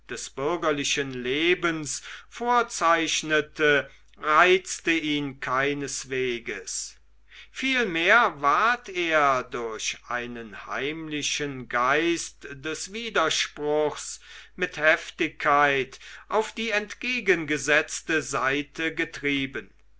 des bürgerlichen lebens vorzeichnete reizte ihn keineswegs vielmehr ward er durch einen heimlichen geist des widerspruchs mit heftigkeit auf die entgegengesetzte seite getrieben